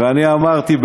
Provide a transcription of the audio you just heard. אני אמרתי,